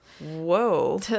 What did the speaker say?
Whoa